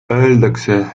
öeldakse